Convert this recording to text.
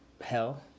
hell